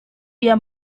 dia